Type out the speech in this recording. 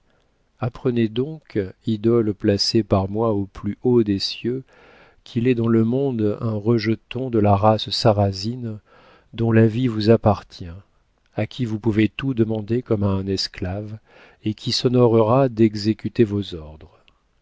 apprenez donc idole placée par moi au plus haut des cieux qu'il est dans le monde un rejeton de la race sarrasine dont la vie vous appartient à qui vous pouvez tout demander comme à un esclave et qui s'honorera d'exécuter vos ordres